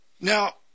Now